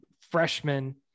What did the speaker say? freshman